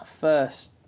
first